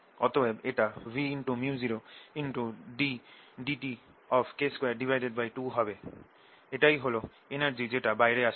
অতএব এটা Vµ0ddtK22 হবে এটাই হল এনার্জি যেটা বাইরে আসছে